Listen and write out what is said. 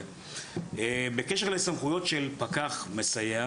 בקשר לסמכויות של פקח מסייע